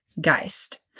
Geist